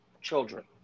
children